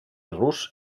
rus